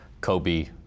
Kobe